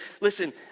listen